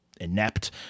inept